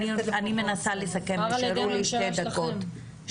אני מנסה לסכם, נשארו לי שתי דקות.